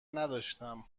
نداشتم